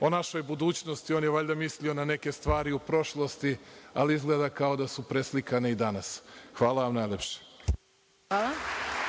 o našoj budućnosti. On je valjda mislio na neke stvari u prošlosti, ali izgleda da su preslikane i danas. Hvala najlepše. **Maja